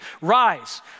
Rise